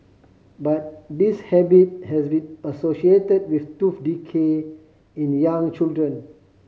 but this habit has been associated with tooth decay in young children